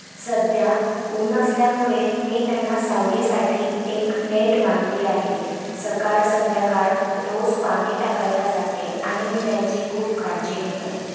सध्या ऊन असल्यामुळे मी त्यांना सावलीसाठी एक नेट बांधली आहे सकाळ संध्याकाळ रोज पाणी टाकायला जाते आणि मी त्यांची खूप काळजी घेते